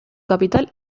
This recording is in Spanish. capital